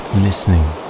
listening